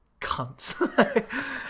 cunts